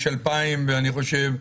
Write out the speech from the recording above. יש 2005, אני חושב,